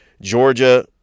Georgia